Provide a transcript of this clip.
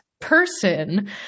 person